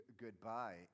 goodbye